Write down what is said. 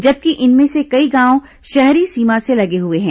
जबकि इनमें से कई गांव शहरी सीमा से लगे हुए हैं